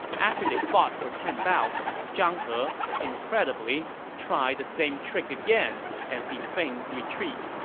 after they fought for ten bouts, zhang he, incredibly, tried the same trick again as he feigned retreat.